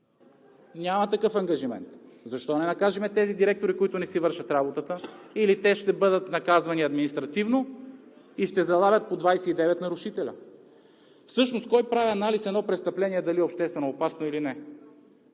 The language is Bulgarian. Няма такъв ангажимент. Защо не накажем директорите, които не си вършат работата? Или те ще бъдат наказвани административно и ще залавят по 29 нарушители? Всъщност кой прави анализ едно престъпление дали е обществено опасно или не?